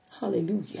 hallelujah